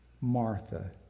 Martha